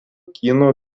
kino